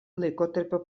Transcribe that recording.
laikotarpio